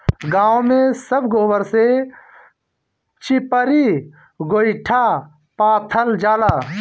गांव में सब गोबर से चिपरी गोइठा पाथल जाला